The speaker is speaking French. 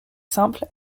simple